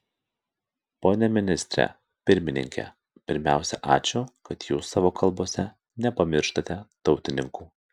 pone ministre pirmininke pirmiausia ačiū kad jūs savo kalbose nepamirštate tautininkų